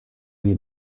lui